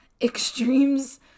Extremes